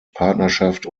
partnerschaft